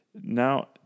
now